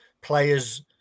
Players